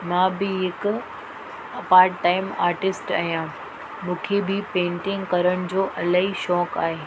मां बि हिकु पाट टाइम आर्टिस्ट आहियां मूंखे बि पेंटिंग करण जो इलाही शौंक़ु आहे